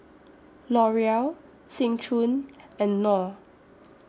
Loreal Seng Choon and Knorr